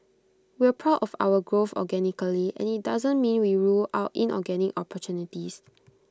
we're proud of our growth organically and IT doesn't mean we rule out inorganic opportunities